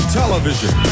television